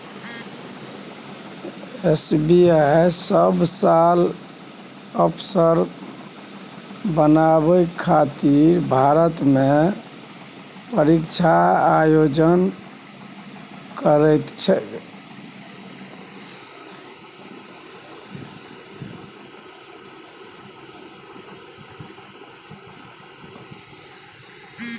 SBI हरेक साल अफसर बनबाक लेल भारतमे परीक्षाक आयोजन करैत छै